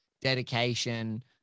dedication